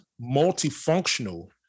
multifunctional